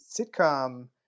sitcom